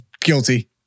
guilty